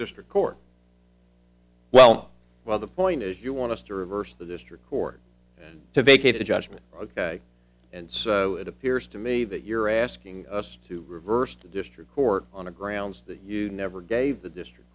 district court well well the point is you want to reverse the district court to vacate the judgment ok and so it appears to me that you're asking us to reverse the district court on the grounds that you never gave the district